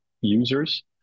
users